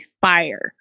fire